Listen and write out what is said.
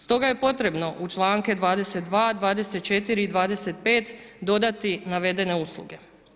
Stoga je potrebno u članke 22., 24. i 25 dodati naveden usluge.